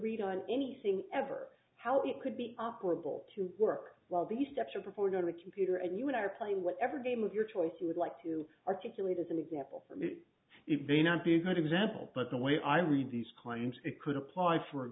read on anything ever how it could be operable to work while these steps are performed on a computer and you and i are playing whatever game of your choice you would like to articulate as an example for me it would be not be a good example but the way i read these claims it could apply for